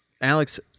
Alex